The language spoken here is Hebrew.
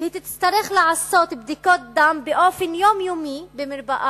היא תצטרך לעשות בדיקות דם באופן יומיומי במרפאה